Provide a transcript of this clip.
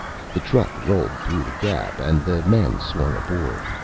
the truck rolled through the gap and the men swung aboard.